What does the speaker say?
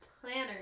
planner